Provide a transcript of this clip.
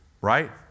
Right